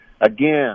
again